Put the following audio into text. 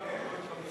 כן.